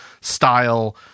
style